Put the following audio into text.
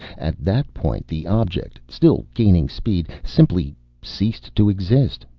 at that point the object, still gaining speed, simply ceased to exist.